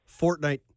Fortnite